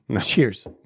Cheers